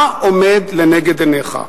מה עומד לנגד עיניך,